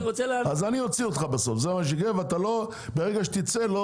אז אני אוציא אותך בסוף וברגע שתצא לא